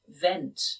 vent